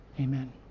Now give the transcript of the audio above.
Amen